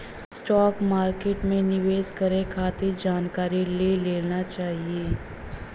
stock market में निवेश करे खातिर जानकारी ले लेना चाही